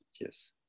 Yes